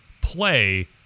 play